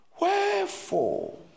Wherefore